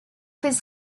his